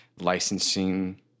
licensing